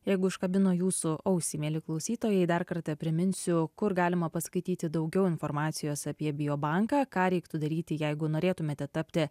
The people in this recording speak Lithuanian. jeigu užkabino jūsų ausį mieli klausytojai dar kartą priminsiu kur galima paskaityti daugiau informacijos apie biobanką ką reiktų daryti jeigu norėtumėte tapti